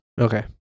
Okay